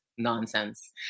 nonsense